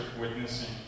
witnessing